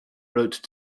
wrote